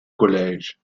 college